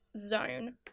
zone